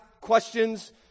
questions